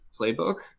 playbook